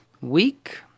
week